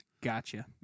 Gotcha